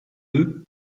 deux